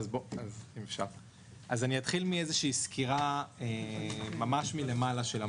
אתחיל מסקירה מקרו, ממש מלמעלה.